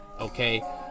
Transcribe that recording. okay